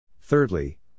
Thirdly